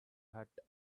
hut